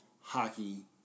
hockey